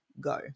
go